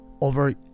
over